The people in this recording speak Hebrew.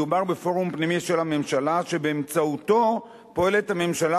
מדובר בפורום פנימי של הממשלה שבאמצעותו פועלת הממשלה